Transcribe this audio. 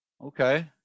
Okay